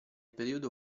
periodo